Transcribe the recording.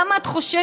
למה את חוששת?